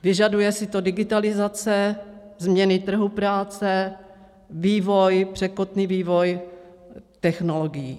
Vyžaduje si to digitalizace, změny trhu práce, překotný vývoj technologií.